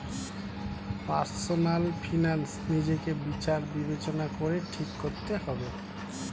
personal finance নিজেকে বিচার বিবেচনা করে ঠিক করতে হবে